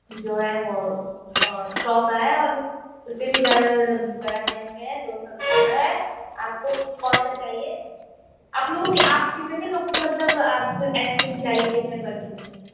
जो है वो सौ का है और उससे भी ज़्यादा बड़ा रेंज में है दो सौ रुपये का है आपको कौन सा चाहिए आप लोगों को आप कितने लोग को मतलब आप आइसक्रीम चाहिए कितने क्वांटिटी में